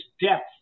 depth